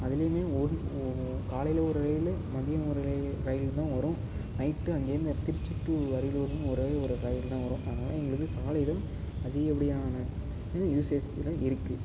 அதிலியுமே ஒரு ஓ ஓ காலையில் ஒரு ரயில் மதியம் ஒரு ரயில் ரயில்தான் வரும் நைட் அங்கேயிருந்து திருச்சி டூ அரியலூரும் ஒரே ஒரு ரயில் தான் வரும் அதனால் எங்களுக்கு சாலைகள் அதிகப்படியான இது யூஸேஜில் இருக்குது